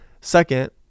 Second